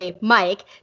Mike